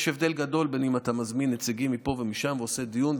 יש הבדל גדול בין אם אתה מזמין נציגים מפה ומשם עושה דיון.